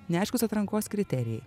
neaiškūs atrankos kriterijai